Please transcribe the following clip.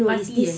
party eh